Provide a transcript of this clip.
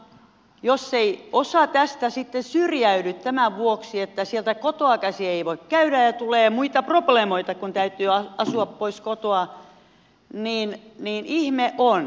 jos ei osa näistä sitten syrjäydy tämän vuoksi että sieltä kotoa käsin ei voida koulua käydä ja tulee muita probleemoja kun täytyy asua pois kotoa niin ihme on